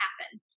happen